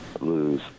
lose